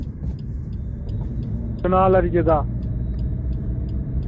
कनाल हारी जगह